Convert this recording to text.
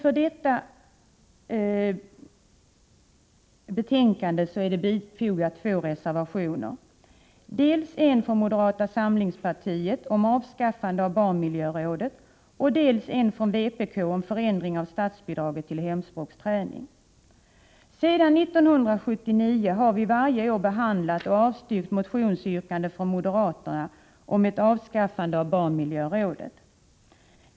Till detta betänkande har det fogats två reservationer, dels en från moderata samlingspartiet om avskaffande av barnmiljörådet, dels en från vpk om förändring av statsbidraget till hemspråksträning. Sedan 1979 har vi varje år behandlat och avstyrkt motionsyrkanden från moderaterna om ett avskaffande av barnmiljörådet.